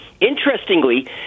Interestingly